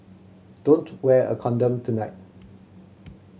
don't wear a condom tonight